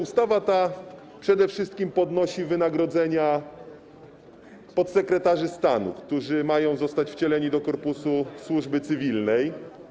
Ustawa ta przede wszystkim podnosi wynagrodzenia podsekretarzy stanu, którzy mają zostać wcieleni do korpusu służby cywilnej.